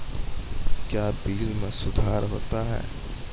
क्या बिल मे सुधार होता हैं?